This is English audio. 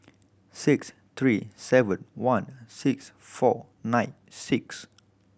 six three seven one six four nine six